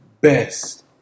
best